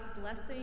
blessing